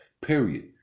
Period